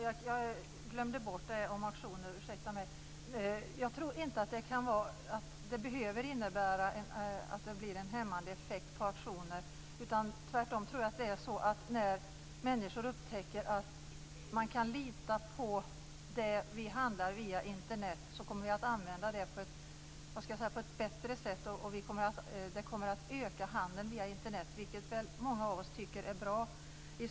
Herr talman! Jag ber om ursäkt att jag glömde frågan om auktioner. Jag tror inte att det behöver innebära att det blir en hämmande effekt på auktioner. Tvärtom, jag tror att när människor upptäcker att det går att lita på det som handlas via Internet kommer Internet att användas på ett bättre sätt. Handeln på Internet kommer att öka, vilket många av oss tycker är bra.